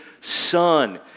son